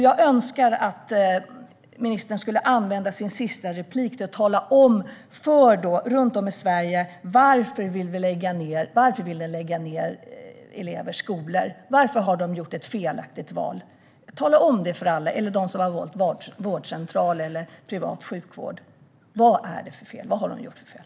Jag önskar att ministern skulle använda sitt sista inlägg till att tala om för människor runt om i Sverige varför man vill lägga ned elevers skolor. Varför har de gjort ett felaktigt val? Tala om det för alla! Tala om det för dem som har valt vårdcentral eller privat sjukvård! Vad är det för fel? Vad har de gjort för fel?